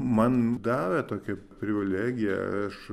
man davė tokį privilegiją aš